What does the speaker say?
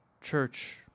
Church